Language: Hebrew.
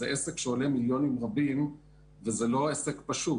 זה עסק שעולה מיליונים רבים והוא לא עסק פשוט.